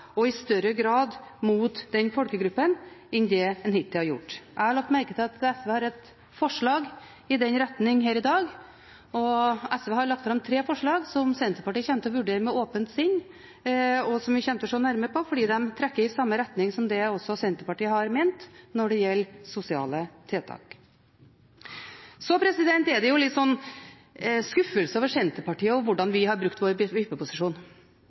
og i større grad mot den folkegruppen enn det en hittil har gjort. Jeg har lagt merke til at SV har et forslag i den retningen her i dag, og SV har lagt fram tre forslag som Senterpartiet kommer til å vurdere med åpent sinn, og som vi kommer til å se nærmere på fordi de trekker i samme retning som det Senterpartiet har ment når det gjelder sosiale tiltak. Så er det litt skuffelse over Senterpartiet og hvordan vi har brukt vår vippeposisjon.